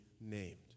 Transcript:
named